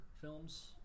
films